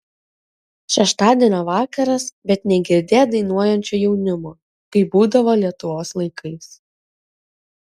šeštadienio vakaras bet negirdėt dainuojančio jaunimo kaip būdavo lietuvos laikais